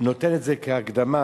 נותן את זה כהקדמה: